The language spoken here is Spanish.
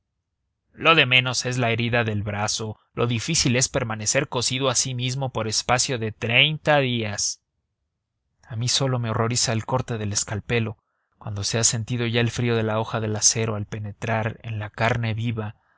lo de menos es la herida del brazo lo difícil es permanecer cosido a sí mismo por espacio de treinta días a mí sólo me horroriza el corte del escalpelo cuando se ha sentido ya el frío de la hoja de acero al penetrar en la carne viva